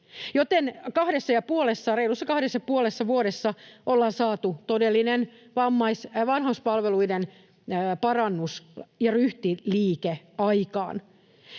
Joten reilussa kahdessa ja puolessa vuodessa ollaan saatu aikaan todellinen vanhuspalveluiden parannus ja ryhtiliike, ja